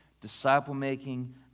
disciple-making